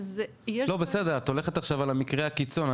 בסדר, את הולכת על המקרה הקיצון.